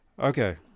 Okay